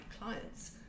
clients